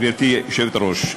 גברתי היושבת-ראש,